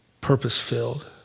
purpose-filled